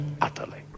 utterly